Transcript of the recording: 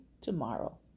tomorrow